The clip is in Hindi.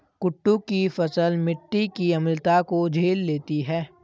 कुट्टू की फसल मिट्टी की अम्लता को झेल लेती है